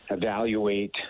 Evaluate